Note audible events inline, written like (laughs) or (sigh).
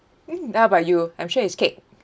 (laughs) how about you I'm sure it's cake